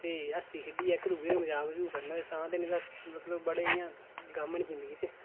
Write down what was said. ते हस्सी खेढियै इक दुए गी मजाक मजूक करना तां ते नेईं मतलब बड़े इ'यां गम न जिंदगी च